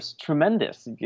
tremendous